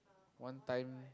one time